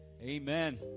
amen